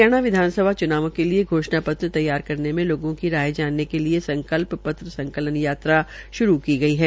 हरियाणा विधानसभा चुनावों के लिये घोषणा पत्र जारी करने में लोगों की राय जानने के लिये संकल्प पत्र संकलन यात्रा श्रू कर गई है